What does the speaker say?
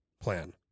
plan